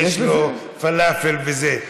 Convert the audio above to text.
יש לו פלאפל וזה.